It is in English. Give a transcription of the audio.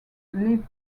lived